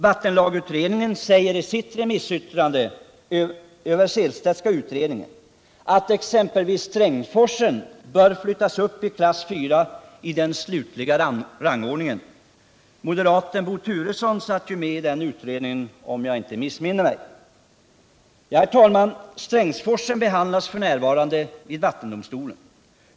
Vattenlagutredningen säger i sitt remissyttrande över Sehlstedtska utredningen att Strängsforsen bör flyttas upp i klass 4 i den slutliga rangordningen. Moderaten Bo Turesson satt ju med i den utredningen, om 75 jag inte missminner mig. Herr talman! Strängsforsen behandlas f. n. vid vattendomstolen.